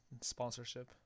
sponsorship